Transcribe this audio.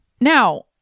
Now